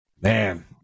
Man